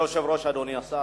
אדוני היושב-ראש, אדוני השר,